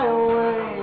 away